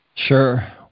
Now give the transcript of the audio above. Sure